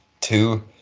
two